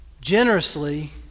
generously